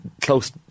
close